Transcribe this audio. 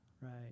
right